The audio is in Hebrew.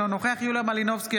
אינו נוכח יוליה מלינובסקי,